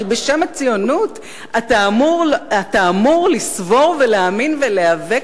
הרי בשם הציונות אתה אמור לסבור ולהאמין ולהיאבק